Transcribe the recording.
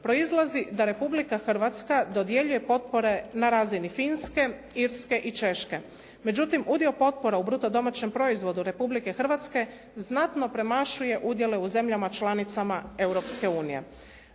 proizlazi da Republika Hrvatska dodjeljuje potpore na razini Finske, Irske i Češke. Međutim, udio potpora u bruto domaćem proizvodu Republike Hrvatske znatno premašuje udjele u zemljama članicama